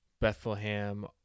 Bethlehem